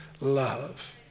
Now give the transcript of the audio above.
love